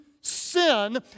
sin